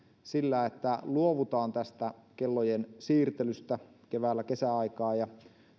sillä että luovutaan tästä kellojen siirtelystä keväällä kesäaikaan ja